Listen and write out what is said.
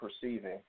perceiving